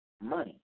money